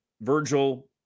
Virgil